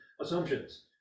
assumptions